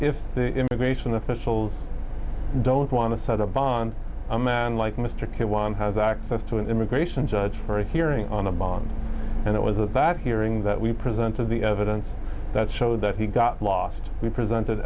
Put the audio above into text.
if the immigration officials don't want to set up on a man like mr k y m has access to an immigration judge for a hearing on a bond and it was a bad hearing that we presented the evidence that showed that he got last we presented